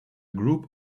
group